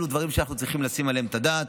אלה דברים שאנחנו צריכים לתת עליהם את הדעת,